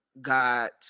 got